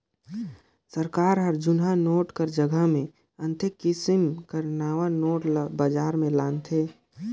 सरकार हर जुनहा नोट कर जगहा मे अन्ते किसिम कर नावा नोट ल बजार में लानथे